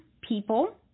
people